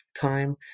time